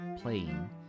playing